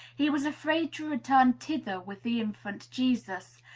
he was afraid to return thither with the infant jesus,